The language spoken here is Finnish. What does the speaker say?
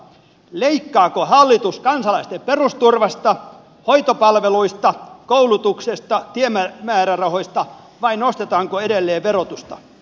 leikkaako hallitus kansalaisten perusturvasta hoitopalveluista koulutuksesta tiemäärärahoista vai nostetaanko edelleen verotusta